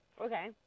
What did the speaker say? Okay